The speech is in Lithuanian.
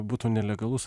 būtų nelegalus